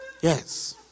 Yes